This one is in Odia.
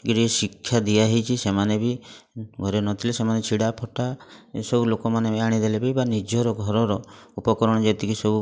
ଟିକେ ଟିକେ ଶିକ୍ଷା ଦିଆହେଇଛି ସେମାନେ ବି ଘରେ ନଥିଲେ ସେମାନେ ଛିଡ଼ା ଫଟା ଏସବୁ ଲୋକମାନେ ବି ଆଣିଦେଲେ ବି ବା ନିଜର ଘରର ଉପକରଣ ଯେତିକି ସବୁ